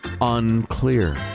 unclear